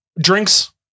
Drinks